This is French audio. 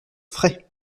frais